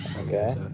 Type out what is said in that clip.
okay